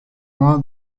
loin